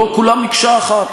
לא כולם מקשה אחת.